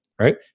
right